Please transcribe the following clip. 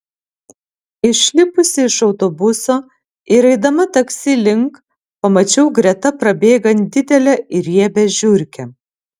išlipusi iš autobuso ir eidama taksi link pamačiau greta prabėgant didelę ir riebią žiurkę